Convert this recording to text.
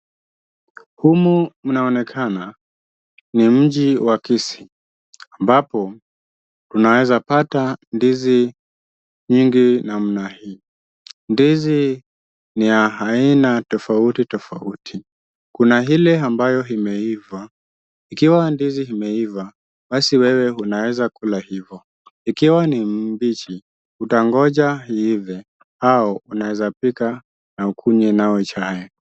Humu mnaonekana ni mji wa Kisii, ambapo tunaeza pata ndizi nyingi namna hii. Ndizi ni ya aina tofauti tofauti. Kuna Ile ambayo imeiva. Ikiwa ndizi imeiva, basi wewe unaeza kula hivyo. Ikiwa ni mbichi utangoja iive au unaeza pika na ukunywe nayo chai.